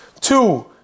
two